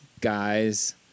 guys